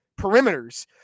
perimeters